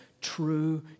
true